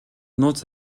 нууц